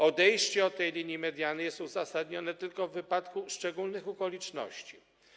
Odejście od linii mediany jest uzasadnione tylko w wypadku szczególnych okoliczności.